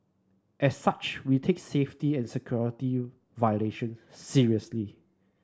as such we take safety and security violation seriously